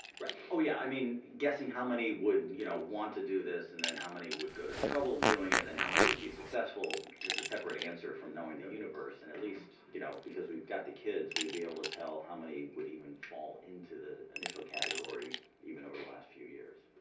right oh yeah i mean guessing how many would you know want to do this and then how many would go to the trouble of doing it then how many would be successful is a separate answer from knowing the universe and at least you know because we've got the kids we'd be able to tell how many would even fall into the initial category even over the last few years.